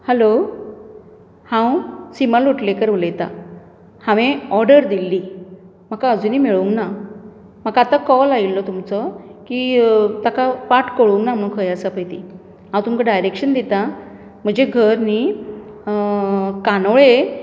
hello हांव सीमा लोटलीकर उलयतां हांवें ऑर्डर दिल्ली म्हाका अजुनूय मेळूंक ना म्हाका आतां कॉल आयिल्लो तुमचो की ताका वाट कळूंक ना म्हणू खंय आसा पळय ती हांव तुमकां डायरॅक्शन दितां म्हजें घर न्ही कानोळे